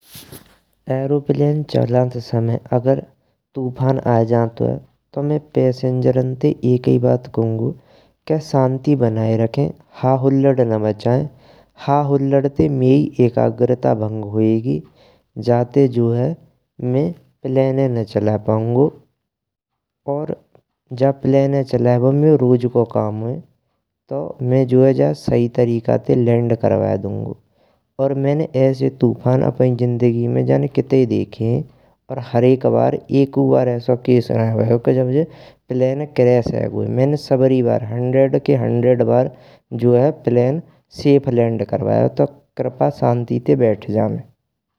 एरोप्लेन चालंत समय अगर तूफान आए जंतुय तो पैसेंजराइन ते एक ही बात खुंगो के सांति बनाए रखें हां हुल्लड़ ना मचनेय। हां हुल्लड़ ते माई अकारगता भंग होएगी जाते हो जाए प्लेन ना चलाए पउंगो और जा प्लाने चलाएवो मेरो रोज को काम है तो में जो जाए सही तरीका ते लैंड कर्यवाय दुंगो। और मैंने ऐसे तूफ़ान आए जिंदगी में नए जाने कितने देखे हैं, और हरेक बार एकू बार ऐसा केस नए भयो। की जे जब प्लान क्रैश होय गयो होय मैनै सबरी बार सौ के सौ बार जो है, प्लान सेफ लैंड करवायो है तो कृपया सांति ते बैठ जाएं।